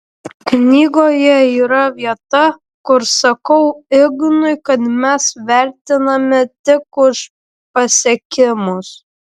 knygoje yra vieta kur sakau ignui kad mes vertinami tik už pasiekimus